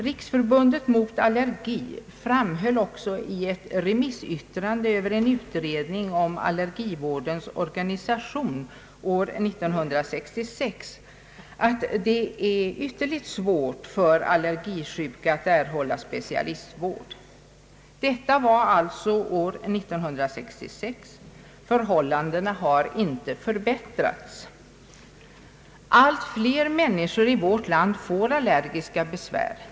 Riksförbundet mot allergi framhöll också i ett remissyttrande över en utredning om allergivårdens organisation år 1966 att det är ytterligt svårt för allergisjuka att erhålla specialistvård. Det var alltså år 1966. Förhållandena har inte förbättrats. Allt fler människor i vårt land får allergiska besvär.